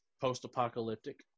post-apocalyptic